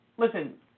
Listen